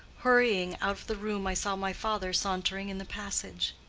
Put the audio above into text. hurrying out of the room i saw my father sauntering in the passage.